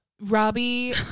Robbie